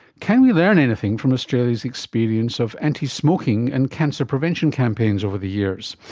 can we learn anything from australia's experience of anti-smoking and cancer prevention campaigns over the years?